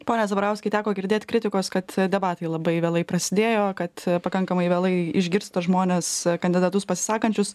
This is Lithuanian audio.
ponia zabarauskai teko girdėt kritikos kad debatai labai vėlai prasidėjo kad pakankamai vėlai išgirsta žmones kandidatus pasisakančius